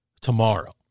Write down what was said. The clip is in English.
tomorrow